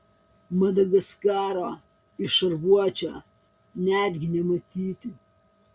madagaskaro iš šarvuočio netgi nematyti